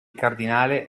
cardinale